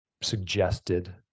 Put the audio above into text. suggested